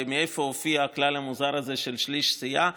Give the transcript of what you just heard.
ומאיפה הופיע הכלל המוזר הזה של שליש סיעה.